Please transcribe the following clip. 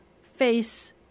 face